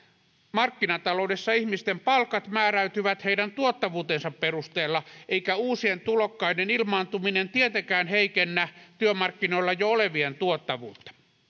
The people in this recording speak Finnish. markkinataloudessa ihmisten palkat määräytyvät heidän tuottavuutensa perusteella eikä uusien tulokkaiden ilmaantuminen tietenkään heikennä työmarkkinoilla jo olevien tuottavuutta